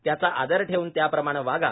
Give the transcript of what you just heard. त्याचा आदर ठेऊन त्याप्रमाणे वागा